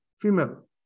female